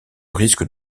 risque